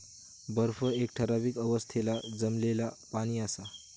बर्फ एक ठरावीक अवस्थेतला जमलेला पाणि असा